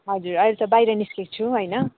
हजुर अहिले बाहिर निस्केको छु होइन